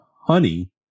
honey